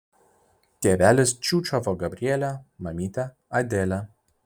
tėvelis čiūčiavo gabrielę mamytė adelę